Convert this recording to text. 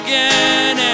Again